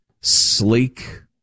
sleek